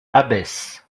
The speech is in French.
abbesse